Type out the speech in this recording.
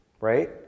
right